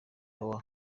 power